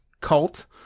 cult